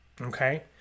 okay